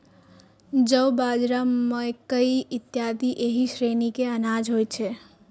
जौ, बाजरा, मकइ इत्यादि एहि श्रेणी के अनाज होइ छै